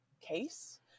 case